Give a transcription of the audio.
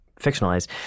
fictionalized